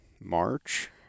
March